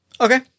Okay